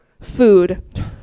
food